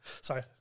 Sorry